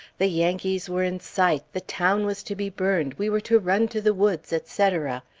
the yankees were in sight the town was to be burned we were to run to the woods, etc.